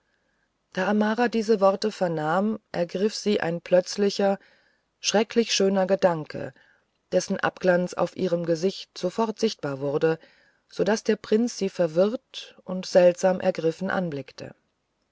da amara diese worte vernahm ergriff sie ein plötzlicher schrecklich schöner gedanke dessen abglanz auf ihrem gesichte sofort sichtbar wurde so daß der prinz sie verwirrt und seltsam ergriffen anblickte